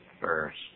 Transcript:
first